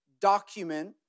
document